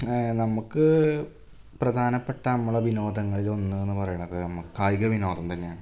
നമുക്ക് പ്രധാനപ്പെട്ട നമ്മളുടെ വിനോദങ്ങളിലൊന്നെന്നു പറയണത് അമ്മ കായികവിനോദം തന്നെയാണ്